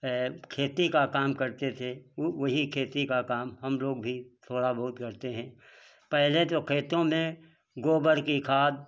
ये खेती का काम करते थे वही खेती का काम हम लोग भी थोड़ा बहुत करते हैं पहले तो खेतों में गोबर की खाद